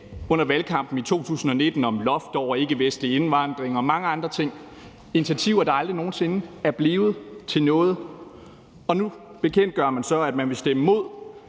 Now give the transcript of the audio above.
under valgkampen i 2019 om et loft over den ikkeikkevestlige indvandring og mange andre ting, initiativer, der aldrig nogen sinde er blevet til noget. Og nu bekendtgør man så, at man vil stemme imod